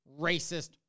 racist